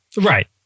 Right